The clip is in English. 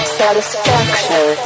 satisfaction